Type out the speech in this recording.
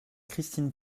christine